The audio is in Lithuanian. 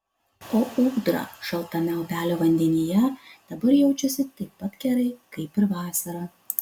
o ūdra šaltame upelio vandenyje dabar jaučiasi taip pat gerai kaip ir vasarą